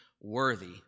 worthy